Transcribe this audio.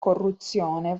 corruzione